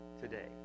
today